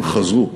הם חזרו.